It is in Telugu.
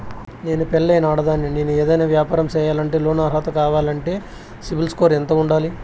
నేను పెళ్ళైన ఆడదాన్ని, నేను ఏదైనా వ్యాపారం సేయాలంటే లోను అర్హత కావాలంటే సిబిల్ స్కోరు ఎంత ఉండాలి?